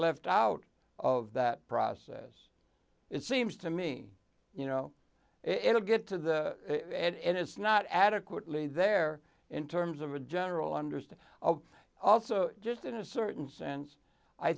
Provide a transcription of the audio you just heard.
left out of that process it seems to me you know it'll get to the and it's not adequately there in terms of a general understood also just in a certain sense i